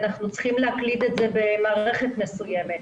אנחנו צריכים להקליד את זה במערכת מסוימת.